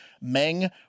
Meng